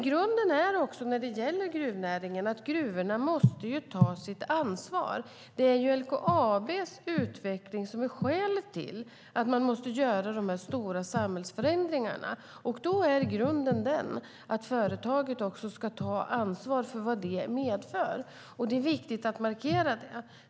Grunden när det gäller gruvnäringen är att gruvorna måste ta sitt ansvar. Det är ju LKAB:s utveckling som är skälet till att man måste göra de stora samhällsförändringarna. Då är grunden den att företaget också ska ta ansvar för vad det medför, och det är viktigt att markera det.